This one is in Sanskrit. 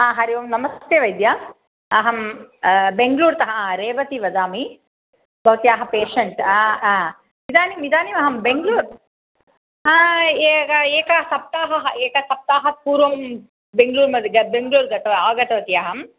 हा हरिः ओं नमस्ते वैद्य अहं बेङ्गलूर्तः रेवती वदामि भवत्याः पेशण्ट् आ आ इदानीम् इदानीम् अहं बेङ्ग्लूर् एक एक सप्ताहः एक सप्ताहात् पूर्वं बेङ्ग्लूर् मद् बेङ्ग्लूर् गत्वा आगतवती अहम्